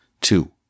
two